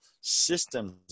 systems